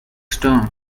stoned